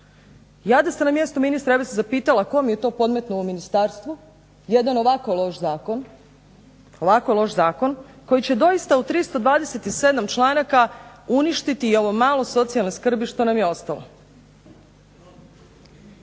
Ja da sam na mjestu ministra ja bih se zapitala tko mi je podmetnuo u ministarstvu, jedan ovako loš zakon, ovako loš zakon, koji će doista u 327 članaka uništiti i ovo malo socijalne skrbi što nam je ostalo.